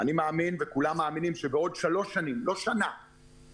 אני מאמין שבעוד שלוש שנים, לא שנה,